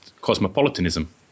cosmopolitanism